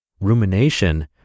Rumination